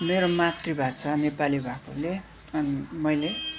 मेरो मातृभाषा नेपाली भएकोले अनि मैले